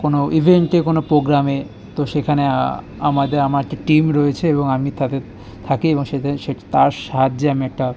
কোনো ইভেন্টে কোনো প্রোগ্রামে তো সেখানে আমাদের আমার একটি টিম রয়েছে এবং আমি তাতে থাকি এবং সেই তার সাহায্যে আমি একটা